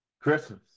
Christmas